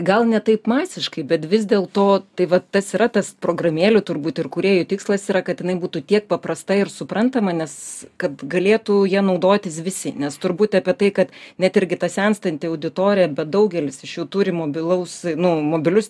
gal ne taip masiškai bet vis dėl to tai vat tas yra tas programėlių turbūt ir kūrėjų tikslas yra kad jinai būtų tiek paprasta ir suprantama nes kad galėtų ja naudotis visi nes turbūt apie tai kad net irgi ta senstanti auditorija bet daugelis iš jų turi mobilaus nu mobilius